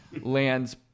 lands